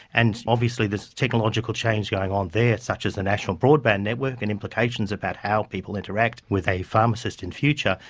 and obviously there's technological change going on there, such as the national broadband network, and implications about how people interact with a pharmacist in future,